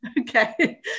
Okay